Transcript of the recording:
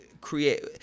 create